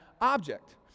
object